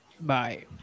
Bye